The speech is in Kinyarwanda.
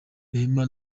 rehema